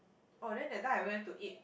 oh then that time I went to eat